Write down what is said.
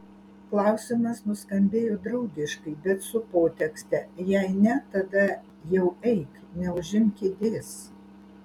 klausimas nuskambėjo draugiškai bet su potekste jei ne tada jau eik neužimk kėdės